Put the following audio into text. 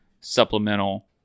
supplemental